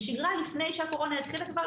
בשגרה לפני שהקורונה התחילה כבר,